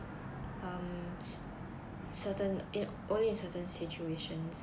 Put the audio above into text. um certain it~ only in certain situations